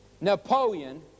Napoleon